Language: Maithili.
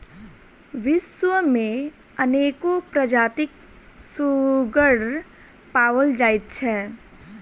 विश्व मे अनेको प्रजातिक सुग्गर पाओल जाइत छै